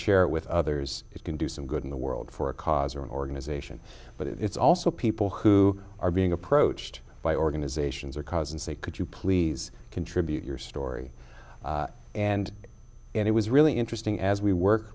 share it with others it can do some good in the world for a cause or an organization but it's also people who are being approached by organizations or cause and say could you please contribute your story and it was really interesting as we work